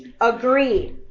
agree